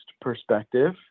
perspective